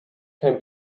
can